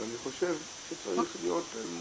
אבל אני חושב שהוא צריך להיות מונגש.